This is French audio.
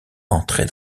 entrait